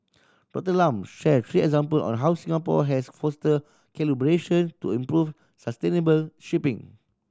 Doctor Lam shared three example on how Singapore has fostered collaboration to improve sustainable shipping